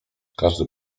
każdy